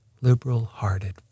liberal-hearted